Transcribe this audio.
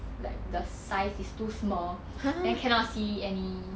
like the size is too small then cannot see any